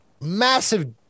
massive